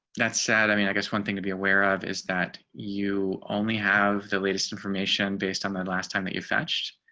that's sad. i mean, i guess one thing to be aware of is that you only have the latest information based on the last time that you fetched.